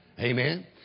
amen